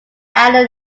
allen